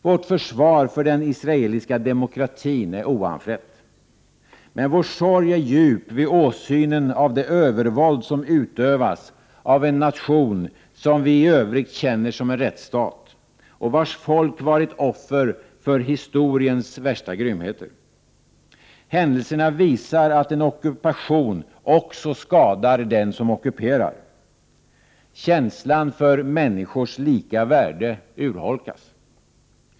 Vårt försvar för den israeliska demokratin är oanfrätt. Men vår sorg är djup vid åsynen av det övervåld som utövas av en nation som vi i övrigt känner som en rättsstat och vars folk varit offer för historiens värsta grymheter. Händelserna visar att en ockupation också skadar den som ockuperar. Känslan för människors lika värde urholkas.